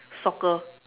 soccer